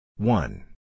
One